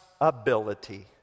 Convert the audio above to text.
ability